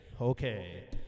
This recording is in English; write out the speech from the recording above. Okay